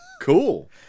Cool